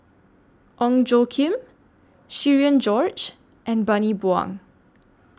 Ong Tjoe Kim Cherian George and Bani Buang